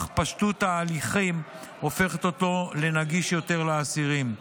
אך פשטות ההליכים הופכת אותו לנגיש יותר לאסירים.